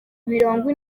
mirongo